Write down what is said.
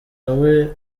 nawe